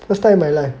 first time in my life